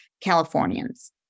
Californians